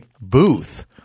booth